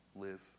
live